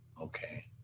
Okay